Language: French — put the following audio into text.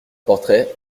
portrait